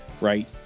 right